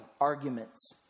arguments